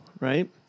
right